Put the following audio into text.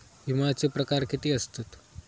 विमाचे प्रकार किती असतत?